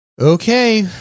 Okay